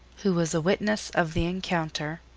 who was a witness of the encounter,